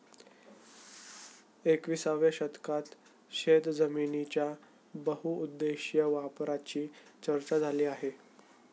एकविसाव्या शतकात शेतजमिनीच्या बहुउद्देशीय वापराची चर्चा झाली आहे